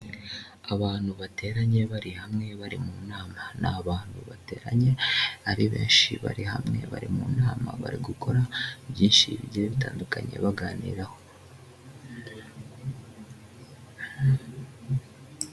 Abantu bateranye bari hamwe bari mu nama ni abantu bateranye ari benshi bari hamwe bari mu nama bari gukora byinshi bigiye bitandukanye baganiraho.